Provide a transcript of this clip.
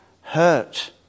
hurt